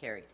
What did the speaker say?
carried